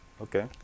Okay